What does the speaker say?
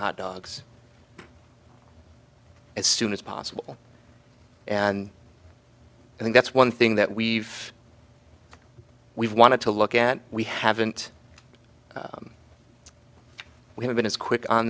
hot dogs as soon as possible and i think that's one thing that we've we've wanted to look at we haven't we have been as quick on